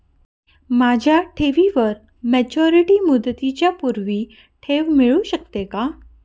माझ्या ठेवीवर मॅच्युरिटी मुदतीच्या पूर्वी ठेव मिळू शकते का?